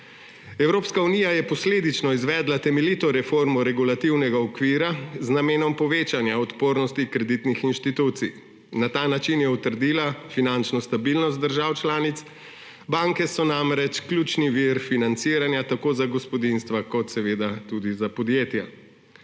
Evropska unija je posledično izvedla temeljito reformo regulativnega okvira z namenom povečanja odpornosti kreditnih institucij. Na ta način je utrdila finančno stabilnost držav članic, banke so namreč ključni vir financiranja tako za gospodinjstva kot seveda tudi za podjetja.